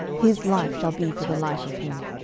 his life shall be for the life of him.